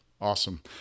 Awesome